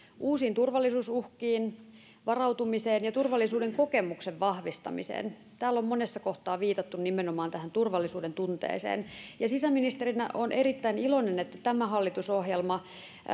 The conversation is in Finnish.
uusiin turvallisuusuhkiin varautumiseen ja turvallisuuden kokemuksen vahvistamiseen täällä on monessa kohtaa viitattu nimenomaan tähän turvallisuudentunteeseen sisäministerinä olen erittäin iloinen että tämä hallitusohjelma